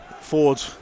Ford